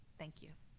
thank you.